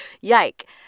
yike